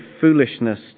foolishness